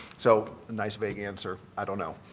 so the nice big answer, i don't know.